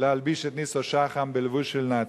להלביש את ניסו שחם בלבוש של נאצי,